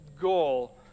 goal